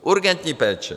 Urgentní péče.